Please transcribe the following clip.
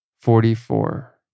Forty-four